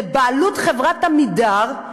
לבעלות חברת "עמידר",